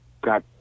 got